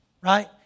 right